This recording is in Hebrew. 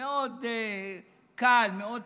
מאוד קל, מאוד פשוט.